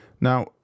Now